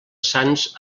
sants